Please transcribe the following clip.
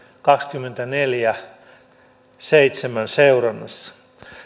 kaksikymmentäneljä kautta seitsemän seurannassa